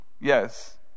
Yes